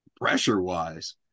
pressure-wise